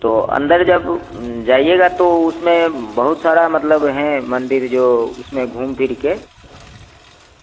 तो अंदर जब जाइएगा तो उसमें बहुत सारा मतलब हैं मंदिर जो उसमें घूम फिर कर